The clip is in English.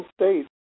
states